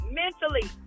mentally